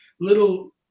little